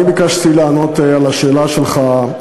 אני ביקשתי לענות על השאלה שלך,